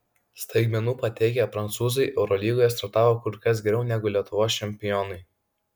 staigmenų pateikę prancūzai eurolygoje startavo kur kas geriau negu lietuvos čempionai